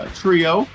trio